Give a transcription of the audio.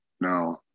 now